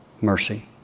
Mercy